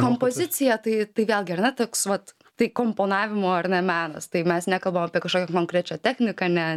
kompozicija tai tai vėlgi ar ne toks vat tai komponavimo ar ne menas tai mes nekalbam apie kažkokią tai konkrečią techniką ne